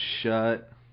shut